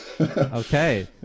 Okay